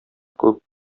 күп